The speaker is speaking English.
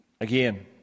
Again